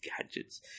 gadgets